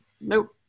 Nope